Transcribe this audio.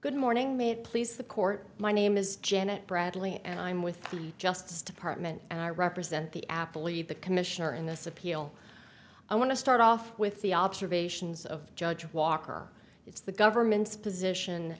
good morning me please the court my name is janet bradley and i'm with justice department and i represent the athlete the commissioner in this appeal i want to start off with the observations of judge walker it's the government's position